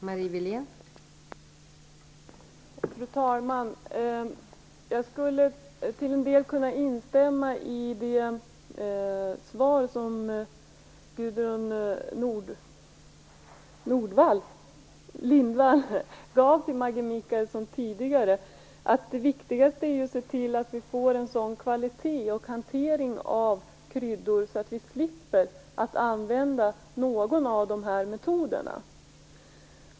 Fru talman! Jag skulle till en del kunna instämma i det svar som Gudrun Lindvall tidigare gav till Maggi Mikaelsson. Det viktigaste är att se till att vi får en sådan kvalitet och hantering av kryddor att vi slipper att använda någon av de här metoderna.